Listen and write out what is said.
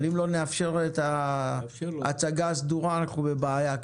אבל אם לא נאפשר את ההצגה הסדורה, אנחנו בבעיה.